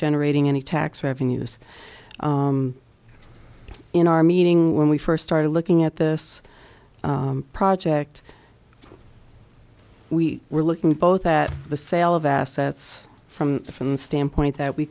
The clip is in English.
generating any tax revenues in our meeting when we first started looking at this project we were looking both at the sale of assets from from the standpoint that we